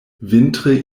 vintre